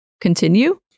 continue